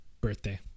Birthday